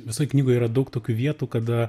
visoj knygoj yra daug tokių vietų kada